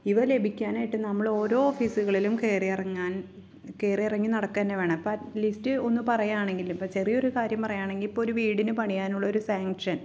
ഇവ ലഭിക്കാനായിട്ട് നമ്മൾ ഓരോ ഓഫീസുകളിലും കയറി ഇറങ്ങാൻ കയറി ഇറങ്ങി നടക്കുക തന്നെ വേണം അപ്പോൾ അ ലിസ്റ്റ് ഒന്ന് പറയുകയാണെങ്കിൽ ഇപ്പോൾ ചെറിയ ഒരു കാര്യം പറയുകയാണെങ്കിൽ ഇപ്പോൾ ഒരു വീടിന് പണിയാനുള്ള ഒരു സാങ്ഷൻ